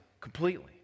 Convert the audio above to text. completely